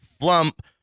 Flump